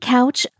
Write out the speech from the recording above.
Couch